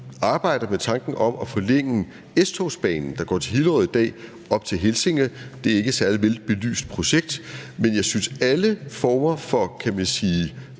arbejder med tanken om at forlænge S-togsbanen, der går til Hillerød i dag, op til Helsinge. Det er ikke et særlig velbelyst projekt, men jeg synes, at alle former for effektiv